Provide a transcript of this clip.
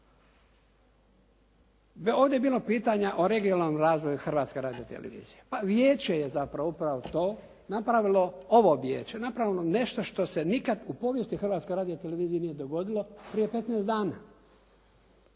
Ovdje je bilo pitanja o regionalnom razvoju Hrvatske radiotelevizije. Pa vijeće je zapravo upravo to napravilo, ovo vijeće, napravilo nešto što se nikad u povijesti Hrvatske radiotelevizije nije dogodilo prije 15 dana.